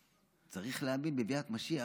צריך להאמין בביאת משיח